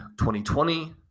2020